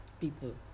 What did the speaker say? people